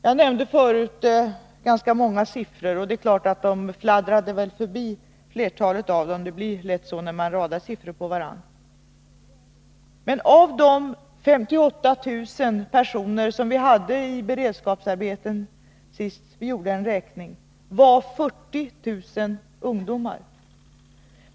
Jag nämnde förut ganska många siffror, och det är klart att flertalet av dem väl fladdrade förbi — det blir lätt så när man radar upp många siffror. Men av de 58 000 personer som var sysselsatta i beredskapsarbeten senast vi gjorde en räkning var 40 000 ungdomar.